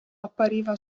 appariva